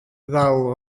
ddal